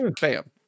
bam